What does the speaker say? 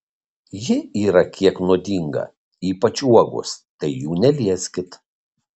ji yra kiek nuodinga ypač uogos tai jų nelieskit